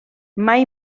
mai